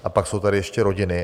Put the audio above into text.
A pak jsou tady ještě rodiny.